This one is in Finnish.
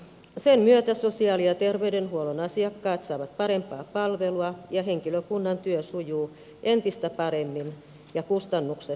sen myötä sosiaali ja terveydenhuollon asiakkaat saavat parempaa palvelua henkilökunnan työ sujuu entistä paremmin ja kustannukset alenevat terveydenhuollossa